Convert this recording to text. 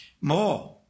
More